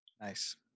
Nice